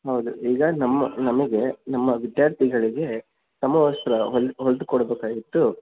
ಹೌದು ಈಗ ನಮ್ಮ ನಮಗೆ ನಮ್ಮ ವಿದ್ಯಾರ್ಥಿಗಳಿಗೆ ಸಮವಸ್ತ್ರ ಹೊಲ್ದು ಹೊಲ್ದು ಕೊಡಬೇಕಾಗಿತ್ತು